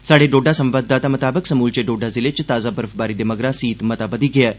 स्हाड़े डोडा संवाददाता मताबक समूलचे डोडा जिले च ताजा बर्फबारी दे मगरा सीत मता बघी गेआ ऐ